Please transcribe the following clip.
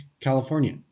California